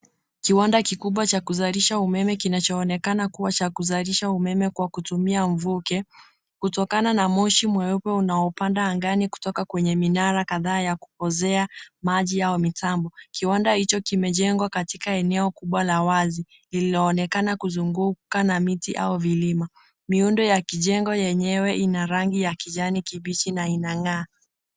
Kiwanda kikubwa cha kuzalisha umeme kinachaonekana kuwa cha kuzalisha umeme kwa kutumia mvuke, kutokana na moshi mweupe unaopanda angani kutoka kwenye minara kadhaa ya kupozea maji au mitambo. Kiwanda hicho kimejengwa katika eneo kubwa la wazi lililoonekana kuzunguka na miti au vilima. Miundo ya kijengo yenyewe ina rangi ya kijani kibichi na inang'aa.